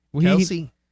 Kelsey